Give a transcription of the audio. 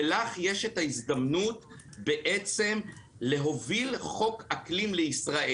לך יש את ההזדמנות להוביל חוק אקלים לישראל.